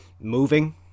moving